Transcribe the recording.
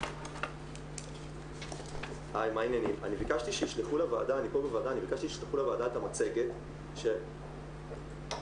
אני אומר שוב, בוקר טוב לכולם.